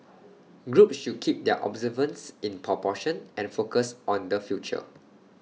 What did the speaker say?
groups should keep their observances in proportion and focused on the future